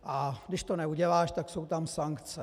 A když to neuděláš, tak jsou tam sankce.